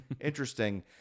Interesting